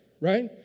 right